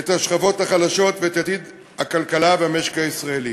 את השכבות החלשות ואת עתיד הכלכלה והמשק הישראלי.